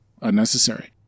unnecessary